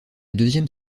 deuxième